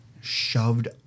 shoved